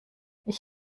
ich